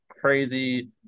crazy